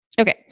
Okay